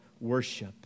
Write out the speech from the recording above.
worship